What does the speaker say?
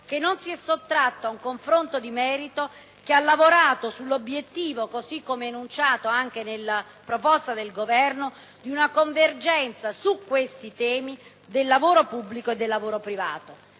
che non si è sottratto ad un confronto di merito, che ha lavorato sull'obiettivo, come enunciato anche nella proposta del Governo, di una convergenza sui temi del lavoro pubblico e del lavoro privato;